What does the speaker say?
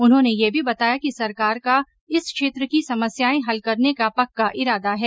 उन्होंने यह भी बताया कि सरकार का इस क्षेत्र की समस्याएं हल करने का पक्का इरादा है